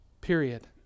Period